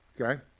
okay